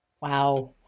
wow